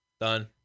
done